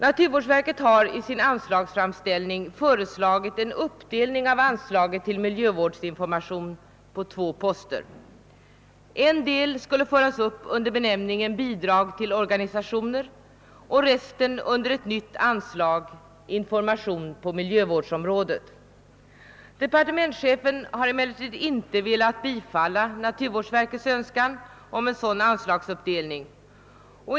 Naturvårdsverket har i sin anslagsframställning föreslagit en uppdelning av anslaget till miljövårdsinformation på två poster. En del skulle föras upp under benämningen Bidrag till organisationer och resten under ett nytt anslag Information på naturvårdsområdet. Departementschefen har emellertid inte velat bifalla naturvårdsverkets önskan om en sådan anslagsuppdelning.